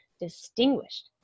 distinguished